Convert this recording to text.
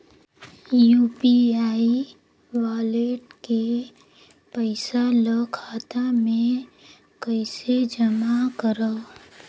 UPI wallet के पईसा ल खाता मे कइसे जमा करव?